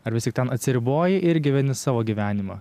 ar vis tik ten atsiriboji ir gyveni savo gyvenimą